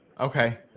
Okay